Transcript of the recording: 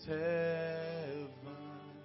heaven